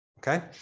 Okay